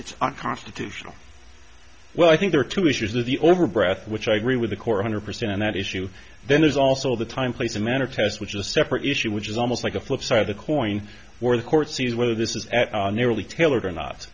it's unconstitutional well i think there are two issues that the over breath which i agree with the core hundred percent and that issue then there's also the time place and manner test which is a separate issue which is almost like a flip side of the coin where the court sees whether this is nearly tailored or not